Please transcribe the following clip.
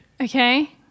Okay